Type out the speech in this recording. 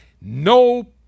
no